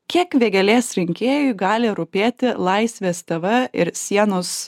kiek vėgėlės rinkėjui gali rūpėti laisvės tv ir sienos